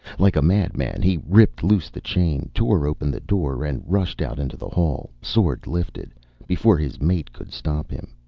like a madman he ripped loose the chain, tore open the door and rushed out into the hall, sword lifted before his mate could stop him.